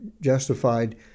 justified